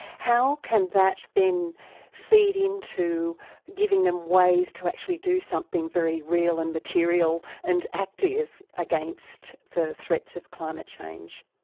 how can that then feed into giving them ways to actually do something very real and material and active against the threats of climate change?